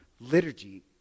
liturgy